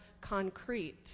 concrete